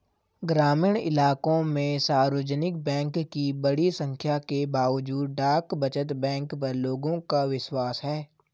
ग्रामीण इलाकों में सार्वजनिक बैंक की बड़ी संख्या के बावजूद डाक बचत बैंक पर लोगों का विश्वास है